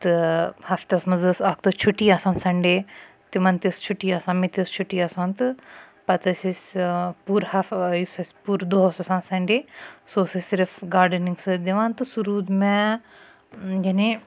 تہٕ ہَفتَس مَنٛز ٲسۍ اَکھ دۄہ چھُٹِی آسان سَنڈے تِمَن تہِ ٲسۍ چھُٹِی آسان مےٚ تہِ ٲسۍ چھُٹِی آسان تہٕ پَتہٕ ٲسۍ أسۍ پوٗرِ ہَف یُس اَسہِ پوٗرٕ دۄہ اوس آسان سَنڈے سُہ اوس اَسہِ صرف گاڈنِنٛگ سۭتۍ دِوان تہٕ سُہ روٗد مےٚ یعنے